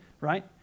right